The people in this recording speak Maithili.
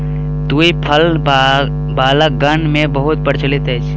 तूईत फल बालकगण मे बहुत प्रचलित अछि